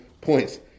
points